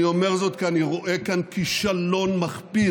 אני אומר זאת כי אני רואה כאן כישלון מחפיר.